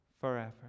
forever